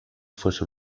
fuese